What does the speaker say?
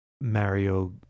Mario